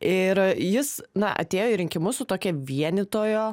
ir jis na atėjo į rinkimus su tokia vienytojo